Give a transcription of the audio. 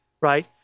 right